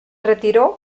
retiró